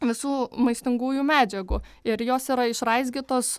visų maistingųjų medžiagų ir jos yra išraizgytos